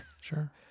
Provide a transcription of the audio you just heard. sure